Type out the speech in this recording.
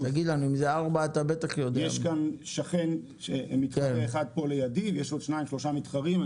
יש כאן שכן כאן שנמצא לידי ויש עוד שניים-שלושה מתחרים.